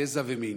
גזע ומין.